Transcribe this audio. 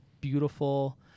beautiful